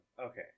okay